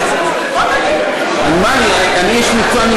אני איש מקצוע?